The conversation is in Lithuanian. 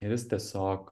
ir jis tiesiog